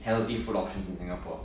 healthy food options in singapore